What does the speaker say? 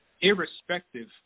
irrespective